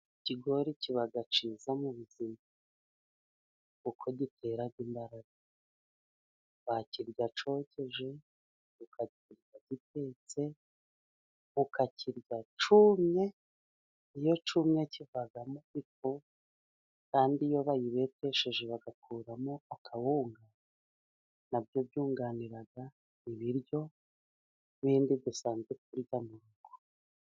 Ikigori kiba cyiza mu buzima kuko gitera imbaraga. Wakirya cyokeje, ukakiry gitetse, ukakirya cyumye. Iyo cyumye kivamo ifu kandi iyo bayibetesheje bakuramo akawunga. Na byo byunganira ibiryo bindi dusanzwe turya mu rugo.